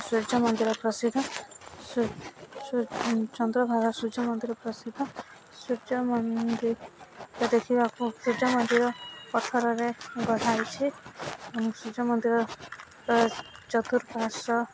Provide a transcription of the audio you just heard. ସୂର୍ଯ୍ୟମନ୍ଦିର ପ୍ରସିଦ୍ଧ ସୂ ସୂ ଚନ୍ଦ୍ରଭାଗା ସୂର୍ଯ୍ୟମନ୍ଦିର ପ୍ରସିଦ୍ଧ ସୂର୍ଯ୍ୟମନ୍ଦିର ଦେଖିବାକୁ ସୂର୍ଯ୍ୟମନ୍ଦିର ପଥର ରେ ଗଢ଼ାହେଇଛି ଏବଂ ସୂର୍ଯ୍ୟମନ୍ଦିର ଚତୁଃପାର୍ଶ୍ୱ